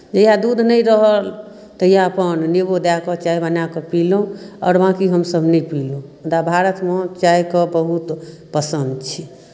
जहिआ दूध नहि रहल तहिआ अपन नेबो दए कऽ चाह बनाए कऽ पीलहुँ आओर बाँकी हमसभ नहि पीलहुँ मुदा भारतमे चाहके बहुत पसन्द छै